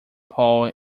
pole